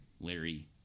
Larry